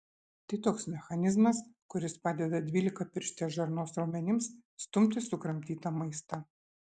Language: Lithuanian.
tai toks mechanizmas kuris padeda dvylikapirštės žarnos raumenims stumti sukramtytą maistą